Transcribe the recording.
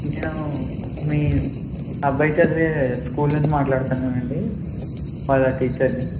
నేను మీ అబ్బాయి చదివే స్కూల్ నుంచి మాట్లాడుతున్నానండీ వాళ్ళ టీచర్ ని